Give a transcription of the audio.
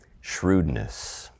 shrewdness